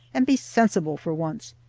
and be sensible for once.